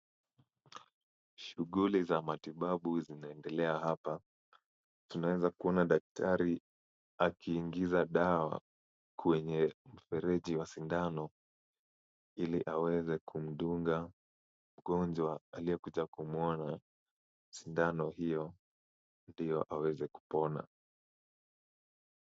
Shughuli za matibabu zinaendelea hapa. Tunaeza kuona daktari akiingiza dawa kwenye mfereji wa sindano, ili aweze kumdunga mgonjwa aliyekuja kumuona sindano hiyo, ndio aweze kupona.